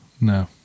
no